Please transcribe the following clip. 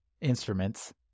instruments